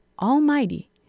Almighty